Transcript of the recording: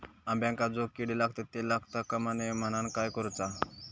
अंब्यांका जो किडे लागतत ते लागता कमा नये म्हनाण काय करूचा?